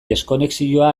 deskonexioa